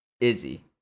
Izzy